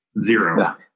Zero